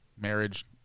marriage